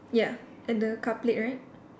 ya at the car plate right